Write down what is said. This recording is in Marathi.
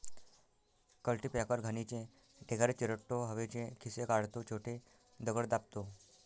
कल्टीपॅकर घाणीचे ढिगारे चिरडतो, हवेचे खिसे काढतो, छोटे दगड दाबतो